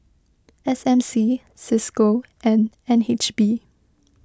S M C Cisco and N H B